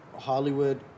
Hollywood